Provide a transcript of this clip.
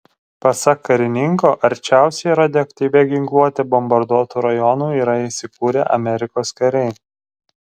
pasak karininko arčiausiai radioaktyvia ginkluote bombarduotų rajonų yra įsikūrę amerikos kariai